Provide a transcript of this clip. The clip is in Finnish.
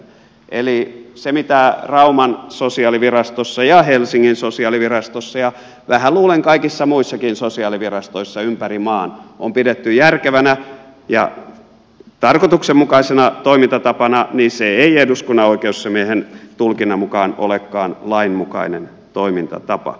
eli se mitä rauman sosiaalivirastossa ja helsingin sosiaalivirastossa ja vähän luulen kaikissa muissakin sosiaalivirastoissa ympäri maan on pidetty järkevänä ja tarkoituksenmukaisena toimintatapana ei eduskunnan oikeusasiamiehen tulkinnan mukaan olekaan lainmukainen toimintatapa